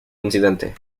incidente